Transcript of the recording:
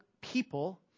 people